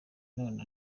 none